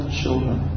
children